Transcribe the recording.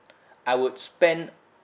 I would spend